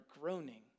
groaning